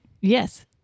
Yes